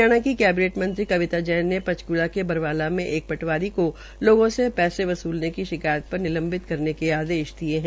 हरियाणा की कैबिनेट मंत्री कविता जैन ने चक्ला के बरवाला मे एक प्टवारी को लोगों से पैसे वस्लने की शिकायत प्रर निलंवित करने के आदेश दिये है